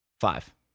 Five